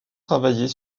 travailler